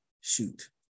Shoot